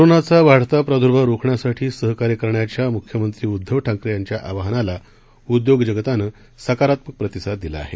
कोरोनाचा वाढता प्रादुर्भाव रोखण्यासाठी सहकार्य करण्याच्या मुख्यमंत्री उद्दव ठाकरे यांच्या आवाहनाला उद्योग जगतानं सकारात्मक प्रतिसाद दिला आहे